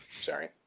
Sorry